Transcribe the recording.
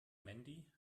mandy